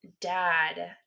dad